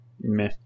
Meh